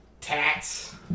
tats